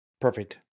Perfect